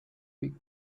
pick